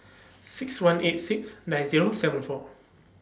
six one eight six nine Zero seven four